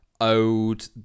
owed